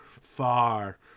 far